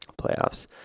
playoffs